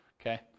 Okay